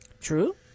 True